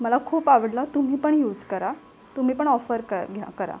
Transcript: मला खूप आवडलं तुम्ही पण यूज करा तुम्ही पण ऑफर क घ्या करा